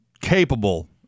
capable